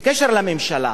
בקשר לממשלה,